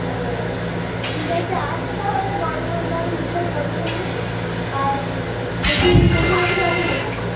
ও ঠিক আছে আসলে তাহলে গরম গরম তাহলে রুটিটা করবো ক্ষনে আর বলছি শ্বশুরমশাই কখন আসবেন